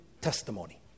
testimony